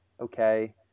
okay